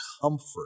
comfort